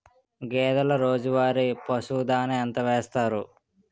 గేదెల రోజువారి పశువు దాణాఎంత వేస్తారు?